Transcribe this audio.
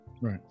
right